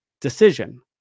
decision